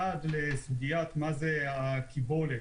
א', לסוגיית הקיבולת.